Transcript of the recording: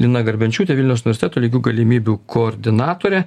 lina garbenčiūtė vilniaus universiteto lygių galimybių koordinatorė